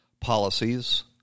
policies